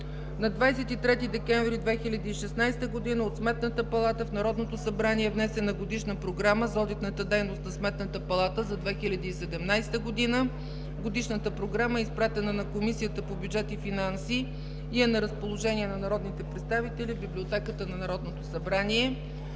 На 23 декември 2016 г. от Сметната палата в Народното събрание е внесена годишна програма за одитната дейност на Сметната палата за 2017 г. Годишната програма е изпратена на Комисията по бюджет и финанси и е на разположение на народните представители в Библиотеката на Народното събрание.